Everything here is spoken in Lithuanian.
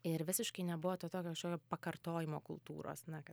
ir visiškai nebuvo to tokio kažkokio pakartojimo kultūros na kad